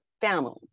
family